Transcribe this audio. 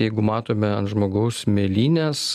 jeigu matome žmogaus mėlynes